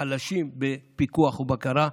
חלשים בפיקוח ובקרה,